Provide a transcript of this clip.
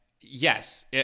yes